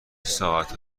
ساعت